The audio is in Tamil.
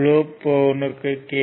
லூப் 1 க்கு கே